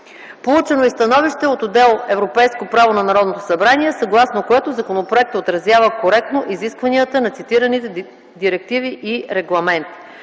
Получено е и становище от отдел „Европейско право” на Народното събрание, съгласно което законопроектът отразява коректно изискванията на цитираните директиви и регламенти.